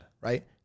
Right